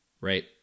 right